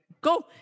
go